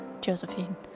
Josephine